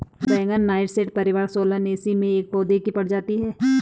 बैंगन नाइटशेड परिवार सोलानेसी में एक पौधे की प्रजाति है